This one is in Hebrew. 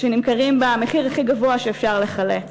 שנמכרים במחיר הכי גבוה שאפשר לחלץ,